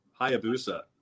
Hayabusa